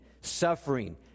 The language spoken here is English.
suffering